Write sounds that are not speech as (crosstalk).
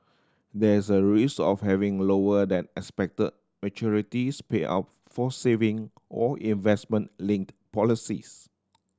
there is a risk of having lower than expected maturity (unintelligible) payout for saving or investment linked policies